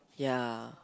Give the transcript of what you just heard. ya